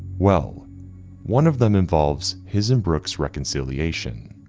well one of them involves his and brooks reconciliation.